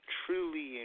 truly